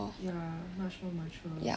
ya much more mature